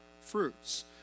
fruits